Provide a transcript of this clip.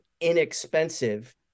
inexpensive